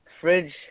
fridge